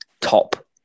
top